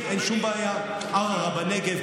אין שום בעיה: ערערה בנגב,